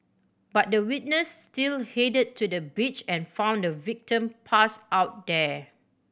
but the witness still headed to the beach and found the victim passed out there